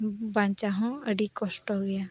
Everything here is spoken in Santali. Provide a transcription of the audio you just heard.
ᱵᱟᱧᱪᱟᱜ ᱦᱚᱸ ᱟᱹᱰᱤ ᱠᱚᱥᱴᱚ ᱜᱮᱭᱟ